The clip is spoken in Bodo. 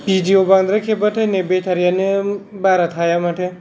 भिडिय' बांद्राय खेबबाथाय नै बेटारि यानो बारा थाया माथो